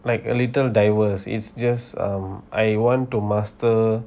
like a little diverse it's just um I want to master